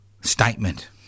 statement